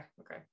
okay